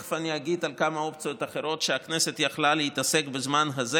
תכף אני אגיד על כמה אופציות אחרות שהכנסת יכלה להתעסק בזה.